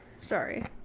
Sorry